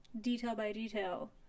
detail-by-detail